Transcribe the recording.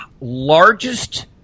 largest